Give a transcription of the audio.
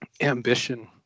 ambition